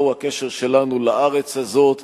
מהו הקשר שלנו לארץ הזאת,